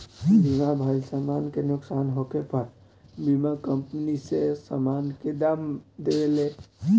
बीमा भइल समान के नुकसान होखे पर बीमा कंपनी ओ सामान के दाम देवेले